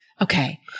Okay